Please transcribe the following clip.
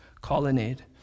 Colonnade